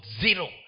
zero